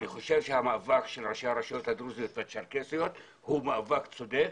המאבק של ראשי הרשויות הדרוזיות והצ'רקסיות הוא מאבק צודק.